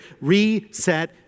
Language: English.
reset